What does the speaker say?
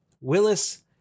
Willis